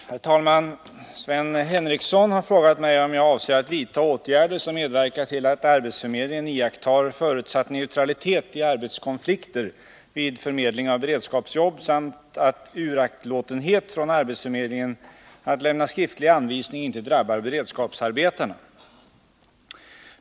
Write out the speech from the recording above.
Herr talman! Sven Henriesson har frågat mig om jag avser att vidta åtgärder som medverkar till att arbetsförmedlingen iakttar förutsatt neutralitet i arbetskonflikter vid förmedling av beredskapsjobb samt att uraktlatenhet från arbetsförmedlingen att lämna skriftlig anvisning inte drabbar beredskapsarbetarna.